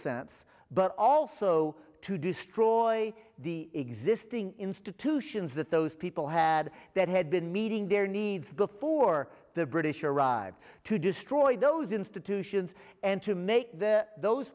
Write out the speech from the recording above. sense but also to destroy the existing institutions that those people had that had been meeting their needs before the british arrived to destroy those institutions and to make th